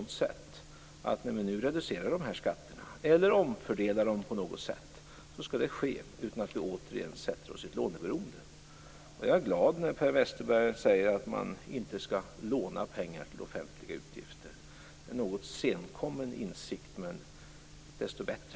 När vi nu reducerar eller omfördelar skatterna skall det ske utan att vi återigen sätter oss i ett låneberoende. Jag är glad att Per Westerberg säger att man inte skall låna pengar till offentliga utgifter. Det är en något senkommen insikt, men desto bättre!